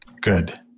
Good